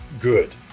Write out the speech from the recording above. good